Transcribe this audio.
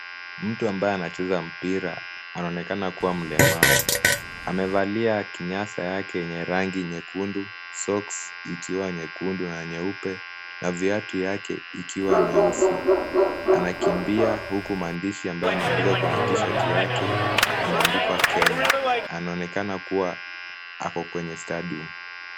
Mtu ambaye anacheza mpira anaonekana kuwa mlemavu. Amevalia kinyasa yake yenye rangi nyekundu, socks ikiwa nyekundu na nyeupe, na viatu yake ikiwa nyeusi. Anakimbia huku maandishi ambayo yameandikwa kwenye t-shirt yake imeandikwa Kenya. Anaonekana kuwa ako kwenye stadium .